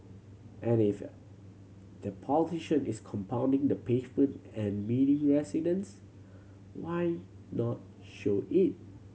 and if the politician is compounding the pavement and meeting residents why not show it